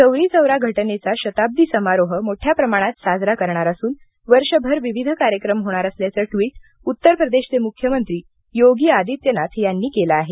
चौरी चौरा घटनेचा शताब्दी समारोह मोठ्या प्रमाणात साजरा करणार असून वर्षभर विविध कार्यक्रम होणार असल्याचे ट्वीट उत्तर प्रदेशाचे मुख्यमंत्री योगी आदित्यनाथ यांनी केले आहे